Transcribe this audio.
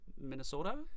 Minnesota